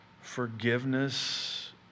forgiveness